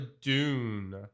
Dune